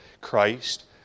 Christ